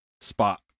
spot